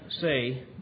say